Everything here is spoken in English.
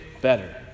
better